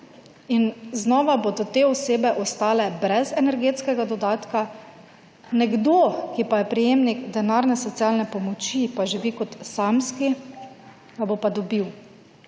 In znova bodo te osebe ostale brez energetskega dodatka, nekdo, ki pa je prejemnik denarne socialne pomoči, pa živi kot samski, ga bo pa dobil.